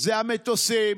זה המטוסים,